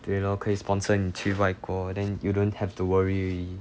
对 lor 可以 sponsor 你去外国 then you don't have to worry already